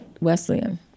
Wesleyan